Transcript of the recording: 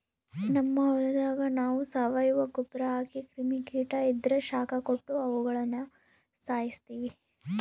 ನಮ್ ಹೊಲದಾಗ ನಾವು ಸಾವಯವ ಗೊಬ್ರ ಹಾಕಿ ಕ್ರಿಮಿ ಕೀಟ ಇದ್ರ ಶಾಖ ಕೊಟ್ಟು ಅವುಗುಳನ ಸಾಯಿಸ್ತೀವಿ